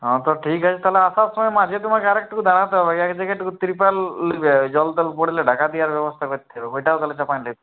হাঁ তো ঠিক আছে তাহলে আসার সময় মাঝে তোমাকে আর একটুকু জায়গায় দাঁড়াতে হবে এক জায়গায় একটুকু ত্রিপল নেবে জলটল পড়লে ঢাকা দেওয়ার ব্যবস্থা করতে হবে ওইটাও তাহলে চাপিয়ে নেবে